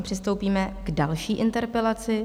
Přistoupíme k další interpelaci.